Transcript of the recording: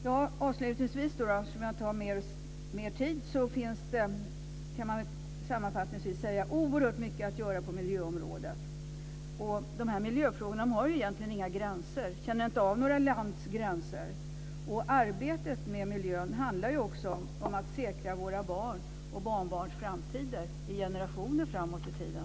Till slut, eftersom jag inte har mer talartid, kan man sammanfattningsvis säga att det finns oerhört mycket att göra på miljöområdet. De här miljöfrågorna har egentligen inga gränser. De känner inte av några länders gränser. Arbetet med miljön handlar om att säkra våra barns och barnbarns framtid i generationer framåt i tiden.